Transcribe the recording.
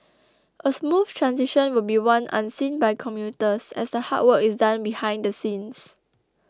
a smooth transition will be one unseen by commuters as the hard work is done behind the scenes